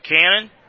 Cannon